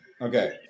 Okay